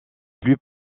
plus